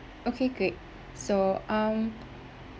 okay great so um